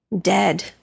Dead